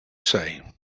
say